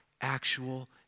actual